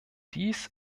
dies